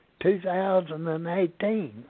2018